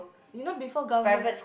you know before government